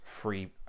free